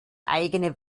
eigene